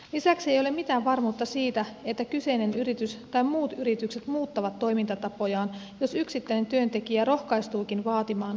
lisäksi ei ole mitään varmuutta siitä että kyseinen yritys ja muut yritykset muuttavat toimintatapojaan jos yksittäinen työntekijä rohkaistuukin vaatimaan oikeuksiaan